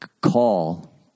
call